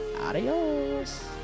Adios